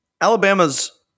Alabama's